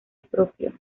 propio